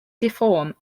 deform